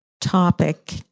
topic